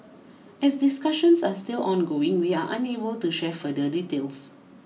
as discussions are still ongoing we are unable to share further details